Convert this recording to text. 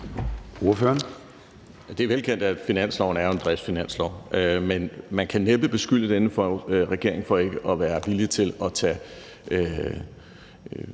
lægger op til, er en driftsfinanslov, men man kan næppe beskylde denne regering for ikke at være villig til også at tage